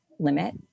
limit